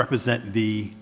represent the